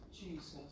Jesus